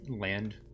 land